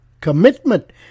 commitment